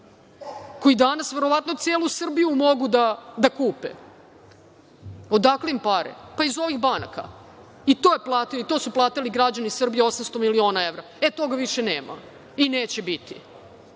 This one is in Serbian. koji danas verovatno celu Srbiju mogu da kupe, odakle im pare? Pa, iz ovih banaka. I to su platili građani Srbije 800.000.000 evra. E, toga više nema i neće biti.